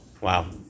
Wow